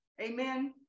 amen